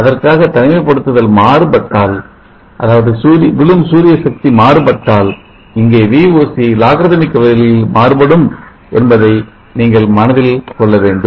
அதற்காக தனிமைப்படுத்துதல் மாறுபட்டால் விழும் சூரியசக்தி மாறுபட்டால் இங்கே Voc logarithmic வழியில் மாறுபடும் என்பதை நீங்கள் மனதில் கொள்ள வேண்டும்